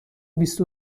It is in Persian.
بیست